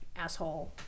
asshole